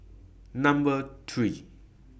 Number three